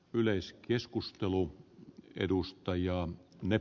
pääluokan käsittely keskeytetään